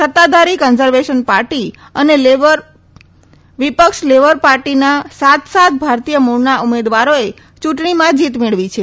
સત્તાધારી conservation party અને વિપક્ષ લેબર પાર્ટીના સાત સાત ભારતીય મુળના ઉમેદવારોએ ચુંટણીમાં જીત મેળવી છે